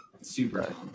super